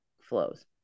flows